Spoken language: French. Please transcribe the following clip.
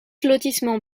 lotissement